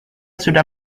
sudah